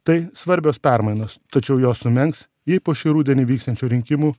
tai svarbios permainos tačiau jo sumenks jei po šį rudenį vyksiančių rinkimų